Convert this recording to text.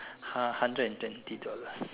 uh hundred and twenty dollars